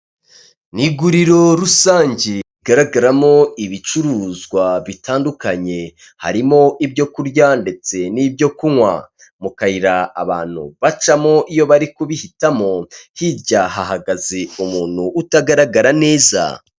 Ni iguriro rusange rigaragaramo ibicuruzwa bitandukanye harimo ibyo kurya ndetse n'ibyo kunywa, mu mukayira abantu bacamo iyo bari kubihitamo hirya hahagaze umuntu utagaragara neza.